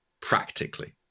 Practically